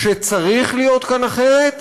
שצריך להיות כאן אחרת,